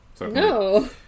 No